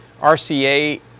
RCA